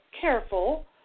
careful